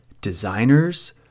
designers